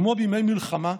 כמו בימי מלחמה,